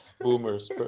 boomers